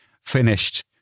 finished